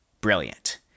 Brilliant